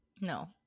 No